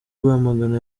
rwamagana